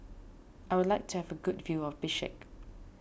I would like to have a good view of Bishkek